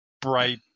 bright